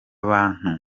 bantu